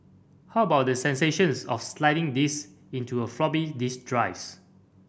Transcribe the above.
how about the sensations of sliding these into a floppy disk drives